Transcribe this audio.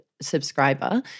Subscriber